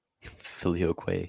Filioque